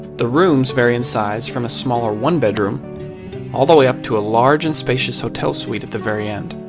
the rooms vary in size from a smaller one-bedroom all the way up to a large and spacious hotel suite at the very end.